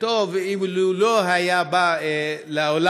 וטוב אילו לא היה בא לעולם,